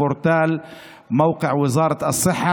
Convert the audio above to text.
כל מה שאתם צריכים לעשות זה להירשם דרך הפורטל באתר משרד הבריאות,